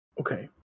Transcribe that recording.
Okay